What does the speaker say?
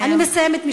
אני מסיימת.